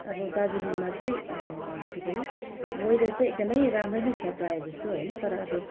आबो दार्जिलिङमा चाहिँ के पो अरे वेदर चाहिँ एकदमै राम्रो नै छ प्रायः जस्तो होइन तर अब